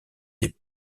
des